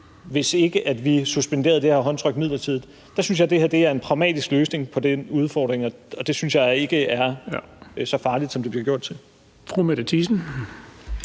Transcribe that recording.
hvis ikke vi suspenderede det her krav om håndtryk midlertidigt. Jeg synes, at det her er en pragmatisk løsning på den udfordring, og jeg synes ikke, det er så farligt, som det bliver gjort til.